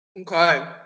Okay